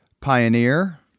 pioneer